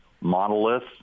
monolith